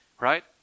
right